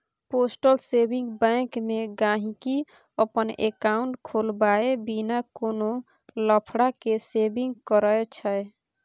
postal saving bank मे गांहिकी अपन एकांउट खोलबाए बिना कोनो लफड़ा केँ सेविंग करय छै